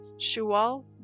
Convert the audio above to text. Shual